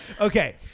Okay